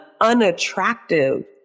unattractive